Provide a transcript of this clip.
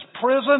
prison